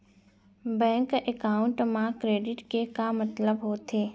Bank account मा credit के का मतलब होथे?